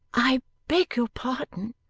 i beg your pardon